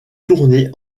tourné